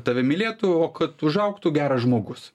tave mylėtų o kad užaugtų geras žmogus